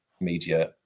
media